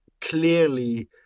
clearly